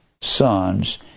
sons